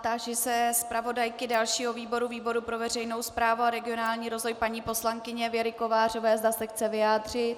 Táži se zpravodajky dalšího výboru, výboru pro veřejnou správu a regionální rozvoj, paní poslankyně Věry Kovářové, zda se chce vyjádřit.